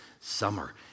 summer